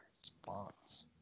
response